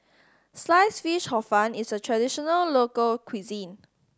Sliced Fish Hor Fun is a traditional local cuisine